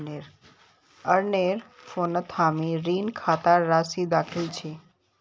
अरनेर फोनत हामी ऋण खातार राशि दखिल छि